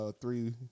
three